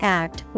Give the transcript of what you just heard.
act